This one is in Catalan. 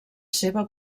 seva